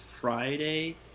Friday